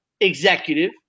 executive